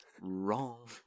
Wrong